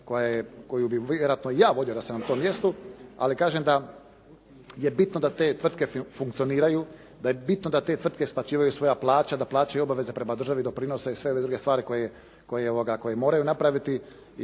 koju bi vjerojatno ja vodio da sam na tom mjestu, ali kažem da je bitno da te tvrtke funkcioniraju, da je bitno da te tvrtke isplaćuju svoje plaće, da plaćaju obaveze prema državi doprinose i sve druge stvari koje moraju napraviti